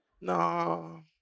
No